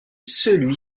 celui